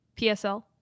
PSL